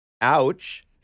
ouch